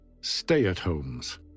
stay-at-homes